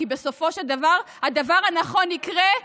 כי בסופו של דבר הדבר הנכון יקרה,